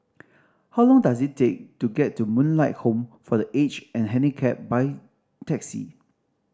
how long does it take to get to Moonlight Home for The Aged and Handicapped by taxi